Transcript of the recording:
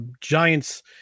Giants